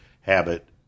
habit